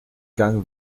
gang